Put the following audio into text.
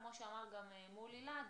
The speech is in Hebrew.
כמו שאמר גם מולי להד,